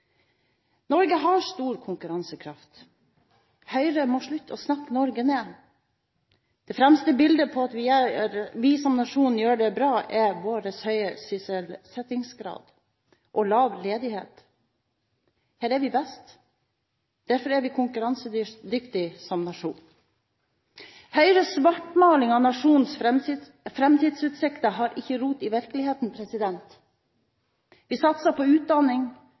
Norge har stor konkurransekraft. Høyre må slutte å snakke Norge ned. Det fremste bildet på at vi som nasjon gjør det bra, er vår høye sysselsettingsgrad og lave ledighet. Her er vi best, og derfor er vi konkurransedyktig som nasjon. Høyres svartmaling av nasjonens framtidsutsikter har ikke rot i virkeligheten. Vi satser på utdanning,